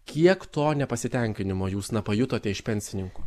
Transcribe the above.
kiek to nepasitenkinimo jūs na pajutote iš pensininkų